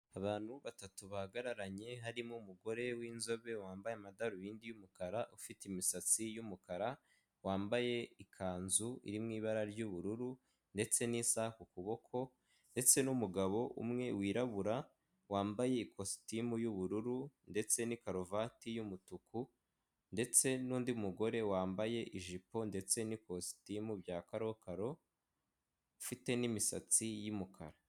Abantu batatu bahagararanye harimo umugore w'inzobe wambaye amadarubindi y'umukara ufite imisatsi y'umukara wambaye ikanzu irimo ibara ry'ubururu ndetse n'isaha ku kuboko ndetse n'umugabo umwe wirabura wambaye ikositimu y'ubururu ndetse n'ikaruvati y'umutuku ndetse nundi mugore wambaye ijipo ndetse n'ikositimu bya karokaro ufite n'imisatsi y'umukara.